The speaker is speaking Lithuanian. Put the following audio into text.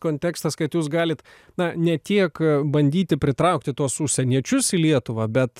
kontekstas kad jūs galit na ne tiek bandyti pritraukti tuos užsieniečius į lietuvą bet